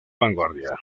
vanguardia